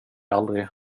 aldrig